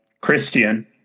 Christian